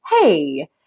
Hey